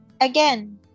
again